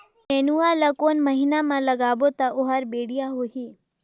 नेनुआ ला कोन महीना मा लगाबो ता ओहार बेडिया होही?